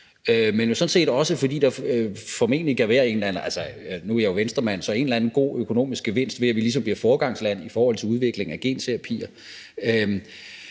dels sådan set også, fordi der – nu er jeg jo Venstremand – kan være en eller anden god økonomisk gevinst ved, at vi ligesom bliver foregangsland i forhold til udviklingen af genterapier.